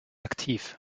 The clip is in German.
aktiv